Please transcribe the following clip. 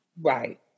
Right